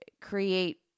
create